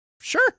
Sure